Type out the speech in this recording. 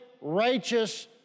righteous